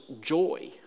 joy